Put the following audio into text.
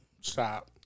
Stop